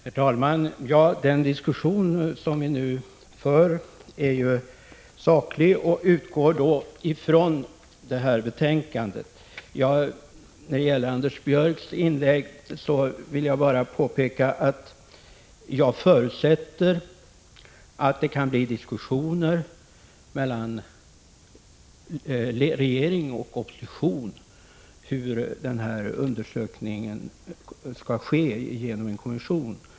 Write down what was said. Herr talman! Den diskussion som vi nu för är ju saklig och utgår från betänkandet. När det gäller Anders Björcks inlägg vill jag bara påpeka att jag förutsätter att det kan bli diskussioner mellan regering och opposition om hur den här undersökningen skall ske genom en kommission.